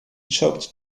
choked